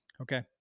okay